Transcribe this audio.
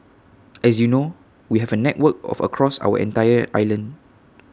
as you know we have A network of across our entire island